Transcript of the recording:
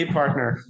partner